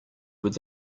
would